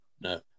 No